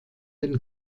den